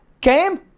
Came